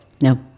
No